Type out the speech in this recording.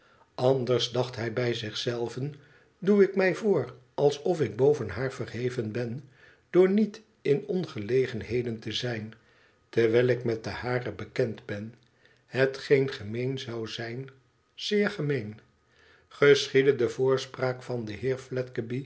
anders dacht hij bij zich zelven idoe ik mij voor alsof ik boven haar verheven ben door niet in ongelegenheden te zijn terwijl ik met de hare bekend ben hetgeen gemeen zou zijn zeer gemeen geschiedde de voorspraak van den heer